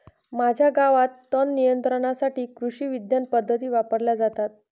माझ्या गावात तणनियंत्रणासाठी कृषिविज्ञान पद्धती वापरल्या जातात